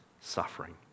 suffering